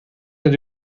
naar